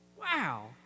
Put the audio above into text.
Wow